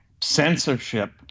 censorship